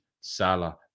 Salah